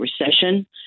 Recession